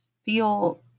feel